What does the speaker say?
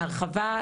וההרחבה,